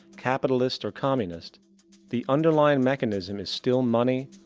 capitalist, or communist the underlying mechanism is still money,